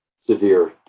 severe